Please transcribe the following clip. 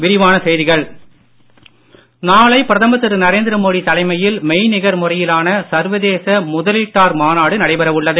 மாநாடு மோடி நாளை பிரதமர் திரு நரேந்திர மோடி தலைமையில் மெய்நிகர் முறையிலான சர்வதேச முதலீட்டாளர் மாநாடு நடைபெற உள்ளது